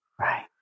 Right